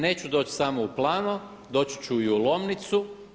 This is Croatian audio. Neću doći samo u Plano, doći ću i u Lomnicu.